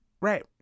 Right